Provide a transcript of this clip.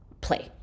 play